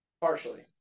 Partially